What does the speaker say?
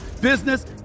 business